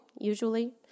usually